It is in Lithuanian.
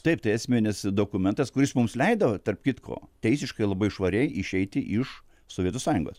taip tai esminis dokumentas kuris mums leido tarp kitko teisiškai labai švariai išeiti iš sovietų sąjungos